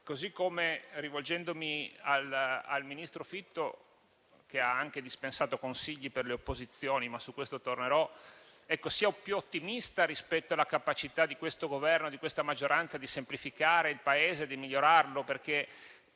Così come, rivolgendomi al ministro Fitto, che ha anche dispensato consigli alle opposizioni - ma su questo tornerò - dico: sia più ottimista rispetto alla capacità del Governo e della maggioranza di semplificare il Paese e di migliorarlo. Dire